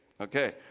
Okay